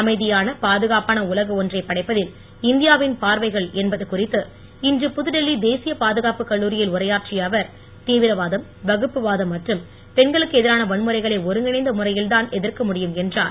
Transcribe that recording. அமைதியான பாதுகாப்பான உலகு ஒன்றை படைப்பதில் இந்தியாவின் பார்வைகள் என்பது குறித்து இன்று புதுடெல்லி தேசியப் பாதுகாப்புக் கல்லூரியில் உரையாற்றிய அவர் தீவிரவாதம் வகுப்பு வாதம் மற்றும் பெண்களுக்கு எதிரான வன்முறைகளை ஒருங்கிணைந்த முறையில் தான் எதிர்க்க முடியும் என்றார்